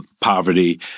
poverty